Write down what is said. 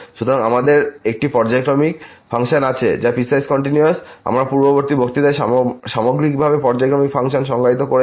সুতরাং আমাদের একটি পর্যায়ক্রমিক ফাংশন আছে যা পিসওয়াইস কন্টিনিউয়াস আমরা পূর্ববর্তী বক্তৃতায় সামগ্রিকভাবে পর্যায়ক্রমিক ফাংশন সংজ্ঞায়িত করেছি